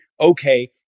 Okay